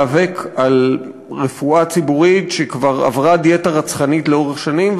להיאבק על רפואה ציבורית שכבר עברה דיאטה רצחנית לאורך שנים,